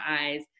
eyes